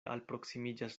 alproksimiĝas